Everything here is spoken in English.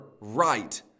right